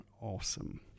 awesome